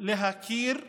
להכיר באנשים,